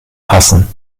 passen